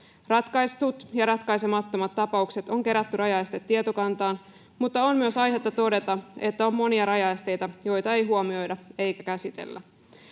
Ratkaistut ja ratkaisemattomat tapaukset on kerätty rajaestetietokantaan, mutta on myös aihetta todeta, että on monia rajaesteitä, joita ei huomioida eikä käsitellä.